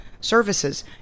services